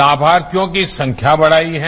लाभार्थियों की संख्या बढ़ायी है